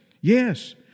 yes